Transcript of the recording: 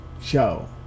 show